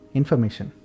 information